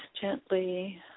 gently